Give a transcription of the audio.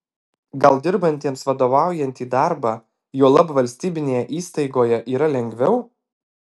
gal dirbantiems vadovaujantį darbą juolab valstybinėje įstaigoje yra lengviau